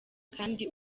kandi